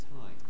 time